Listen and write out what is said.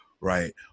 Right